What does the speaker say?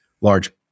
large